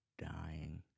dying